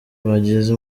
bagize